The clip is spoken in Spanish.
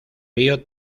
río